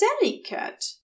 delicate